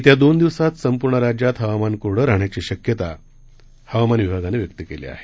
येत्या दोन दिवसात संपूर्ण राज्यात हवामान कोरडं ऱाहण्याची शक्यता हवामान विभागानं व्यक्त केली आहे